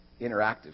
interactive